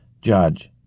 Judge